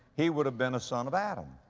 he would have been a son of adam.